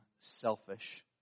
selfish